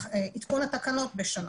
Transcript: עדכון התקנות בשנה.